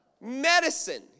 Medicine